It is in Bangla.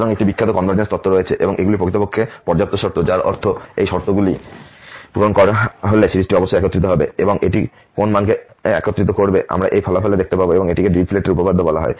সুতরাং একটি বিখ্যাত কনভারজেন্স তত্ত্ব রয়েছে এবং এগুলি প্রকৃতপক্ষে পর্যাপ্ত শর্ত যার অর্থ এই শর্তগুলি পূরণ করা হলে সিরিজটি অবশ্যই একত্রিত হবে এবং এটি কোন মানকে একত্রিত করবে আমরা এই ফলাফলে দেখতে পাব এবং এটিকে ডিরিচলেটের উপপাদ্য Dirichlet's theorem বলা হয়